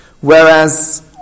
Whereas